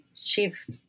shift